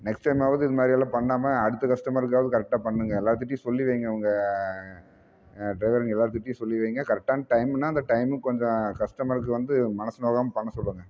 next டைமாவது இது மாதிரி எல்லாம் பண்ணாமல் அடுத்த கஸ்டமருக்காவது கரெக்டாக பண்ணுங்கள் எல்லாத்துகிட்டையும் சொல்லி வையுங்க உங்கள் டிரைவருங்க எல்லாத்துகிட்டையும் சொல்லி வையுங்க கரெக்டான டைம்னால் அந்த டைமுக்கு கொஞ்சம் கஸ்டமருக்கு வந்து மனது நோகாமல் பண்ண சொல்லுங்கள்